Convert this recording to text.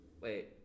Wait